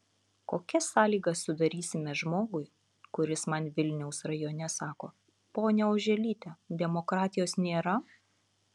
kokias sąlygas sudarysime žmogui kuris man vilniaus rajone sako ponia oželyte demokratijos nėra